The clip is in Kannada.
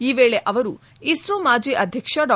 ಈ ವೇಳೆ ಅವರು ಇಸ್ತೋ ಮಾಜಿ ಅಧ್ಯಕ್ಷ ಡಾ